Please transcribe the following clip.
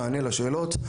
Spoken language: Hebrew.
מענה לשאלות.